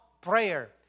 prayer